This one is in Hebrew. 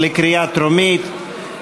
בקריאה טרומית.